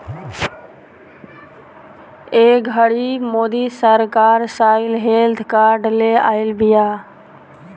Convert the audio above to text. ए घड़ी मोदी सरकार soil health card ले आइल बिया